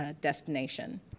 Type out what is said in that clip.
destination